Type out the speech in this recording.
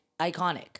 iconic